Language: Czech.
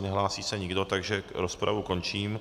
Nehlásí se nikdo, takže rozpravu končím.